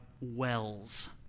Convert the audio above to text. wells